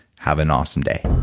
have an awesome day